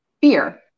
fear